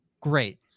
Great